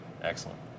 excellent